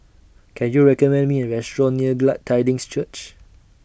Can YOU recommend Me A Restaurant near Glad Tidings Church